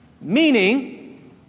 Meaning